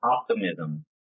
Optimism